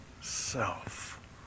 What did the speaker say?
self